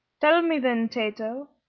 tell me, then, tato,